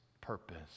purpose